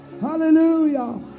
Hallelujah